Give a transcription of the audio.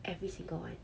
every single one